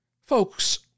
Folks